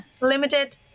limited